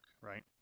right